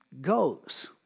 goes